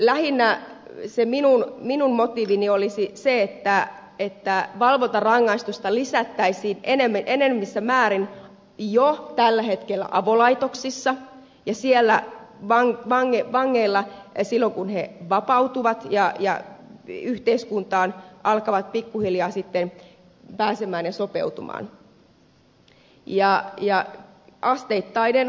lähinnä minun motiivini olisi se että valvontarangaistusta lisättäisiin enenevässä määrin jo tällä hetkellä avolaitoksissa ja siellä vangeille silloin kun he vapautuvat ja alkavat pikkuhiljaa sitten päästä ja sopeutua yhteiskuntaan